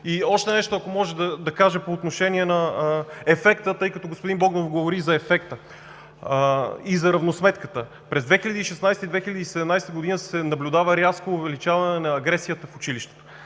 още нещо по отношение на ефекта, тъй като господин Богданов говори за ефекта и за равносметката. През 2016 г. и 2017 г. се наблюдава рязко увеличаване на агресията в училището.